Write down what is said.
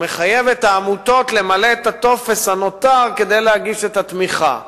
והוא מחייב את העמותות למלא את הטופס הנותר כדי להגיש את התמיכה.